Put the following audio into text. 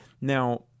Now